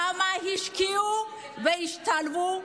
כמה הם השקיעו והשתלבו.